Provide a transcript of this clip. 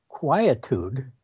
Quietude